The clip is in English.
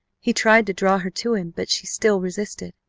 he tried to draw her to him, but she still resisted.